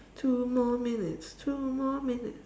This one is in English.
two more minutes two more minutes